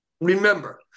Remember